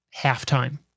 halftime